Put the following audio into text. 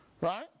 Right